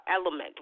element